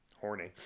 horny